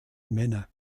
männer